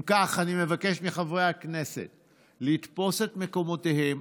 אם כך, אני מבקש מחברי הכנסת לתפוס את מקומותיהם.